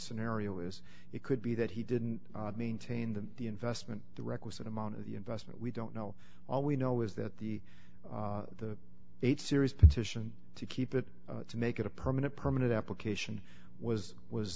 scenario is it could be that he didn't maintain them the investment the requisite amount of the investment we don't know all we know is that the the eight series petition to keep it to make it a permanent permanent application was was